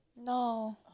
No